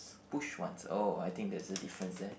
push once oh I think that's a difference there